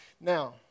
Now